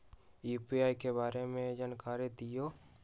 UPI के बारे में जानकारी दियौ?